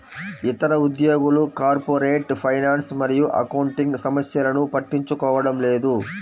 ఇతర ఉద్యోగులు corporate finance మరియు అకౌంటింగ్ సమస్యలను పట్టించుకోవడం లేదు